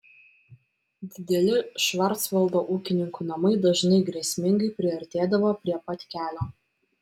dideli švarcvaldo ūkininkų namai dažnai grėsmingai priartėdavo prie pat kelio